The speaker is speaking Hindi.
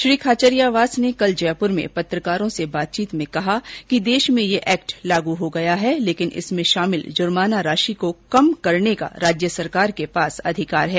श्री खाचरियावास ने कल जयपुर में पत्रकारों से बातचीत में कहा कि देश में ये एक्ट लागू हो गया है लेकिन इसमें शामिल जुर्माना राशि को कम करने का राज्य सरकार के पास अधिकार है